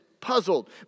puzzled